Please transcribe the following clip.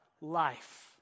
life